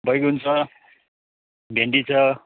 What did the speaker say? बैगुन छ भेन्डी छ